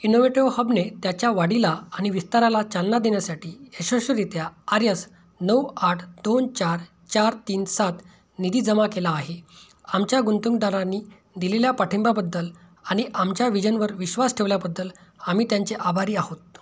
innovative hub ने त्याच्या वाढीला आणि विस्ताराला चालना देण्यासाठी यशस्वीरित्या आर यस नऊ आठ दोन चार चार तीन सात निधी जमा केला आहे आमच्या गुंतवणूकदारांनी दिलेल्या पाठिंब्याबद्दल आणि आमच्या विजनवर विश्वास ठेवल्याबद्दल आम्ही त्यांचे आभारी आहोत